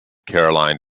caroline